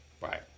Right